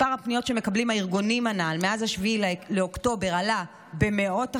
מספר הפניות שמקבלים הארגונים הנ"ל מאז 7 באוקטובר עלה במאות אחוזים.